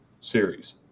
series